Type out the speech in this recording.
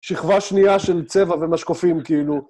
שכבה שנייה של צבע ומשקופים כאילו.